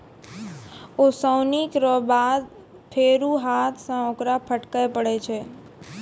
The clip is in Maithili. ओसौनी केरो बाद फेरु हाथ सें ओकरा फटके परै छै